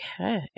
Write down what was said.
Okay